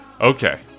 Okay